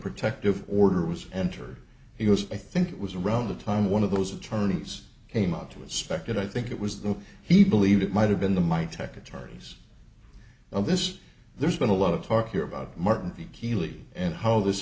protective order was entered he was i think it was around the time one of those attorneys came up to inspect it i think it was though he believed it might have been the my tech attorneys of this there's been a lot of talk here about martin the keeley and how this